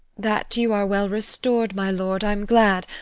that you are well restor'd, my lord, i'm glad.